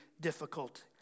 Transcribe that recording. difficult